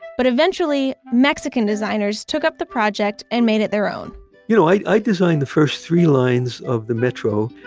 but eventually mexican designers took up the project and made it their own you know i designed the first three lines of the metro.